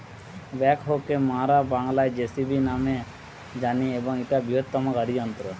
backhoe কে মোরা বাংলায় যেসিবি ন্যামে জানি এবং ইটা একটা বৃহত্তম গাড়ি যন্ত্র